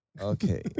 Okay